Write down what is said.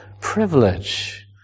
privilege